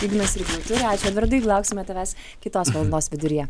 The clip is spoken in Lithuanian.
ignas irgi jau turi ačiū edvardai lauksime tavęs kitos valandos viduryje